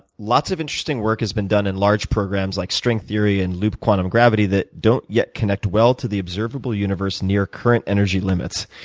lots of interesting work has been done in large programs like string theory and loop quantum gravity that don't yet connect well to the observable universe near current energy limits.